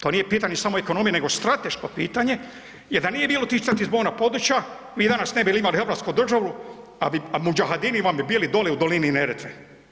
To nije pitanje samo ekonomije nego strateško pitanje jer da nije bilo tih … [[Govornik se ne razumije]] zborna područja vi danas ne bi imali hrvatsku državu, a mudžahadini vam bi bili dole u dolini Neretve.